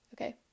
Okay